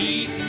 Eat